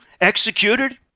executed